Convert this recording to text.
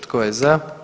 Tko je za?